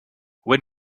when